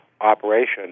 operation